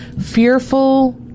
fearful